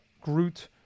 Groot